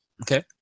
Okay